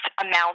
amount